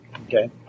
Okay